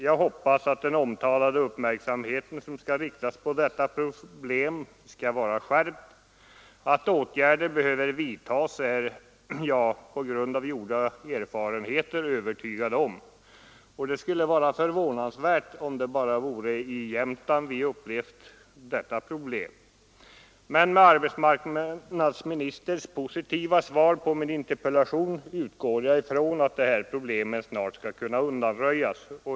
Jag hoppas att den omtalade uppmärksamheten som skall riktas på detta problem skall vara skärpt. Att åtgärder behöver vidtas är jag på grund av gjorda erfarenheter övertygad om. Det skulle vara förvånande om det bara vore i Jämtland vi upplevde detta problem. Med arbetsmarknadsministerns positiva svar på min interpellation utgår jag från att detta problem snart skall kunna undanröjas.